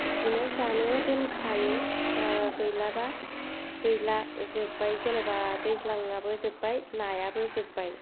बिदिनो जानो दोनखायो गैलाबा गैला जोब्बाय जेनेबा दैज्लाङाबो जोब्बाय नायाबो जोब्बाय